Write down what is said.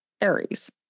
Aries